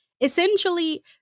Essentially